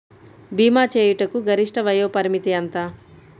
భీమా చేయుటకు గరిష్ట వయోపరిమితి ఎంత?